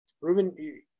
Ruben